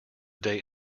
day